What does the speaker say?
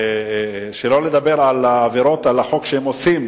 שלא לדבר על עבירות על החוק שהן עושות,